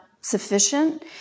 sufficient